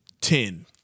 ten